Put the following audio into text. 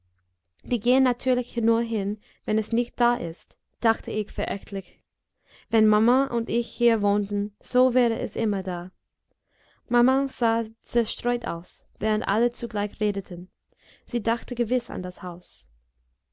die gehen natürlich nur hin wenn es nicht da ist dachte ich verächtlich wenn maman und ich hier wohnten so wäre es immer da maman sah zerstreut aus während alle zugleich redeten sie dachte gewiß an das haus